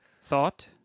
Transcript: thought